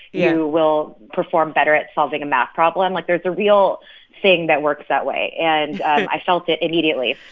you will perform better at solving a math problem. like, there's a real thing that works that way. and i felt it immediately.